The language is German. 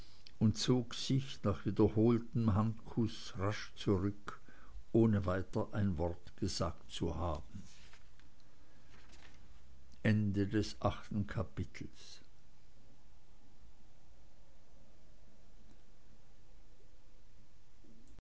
und zog sich nach wiederholtem handkuß rasch zurück ohne weiter ein wort gesagt zu haben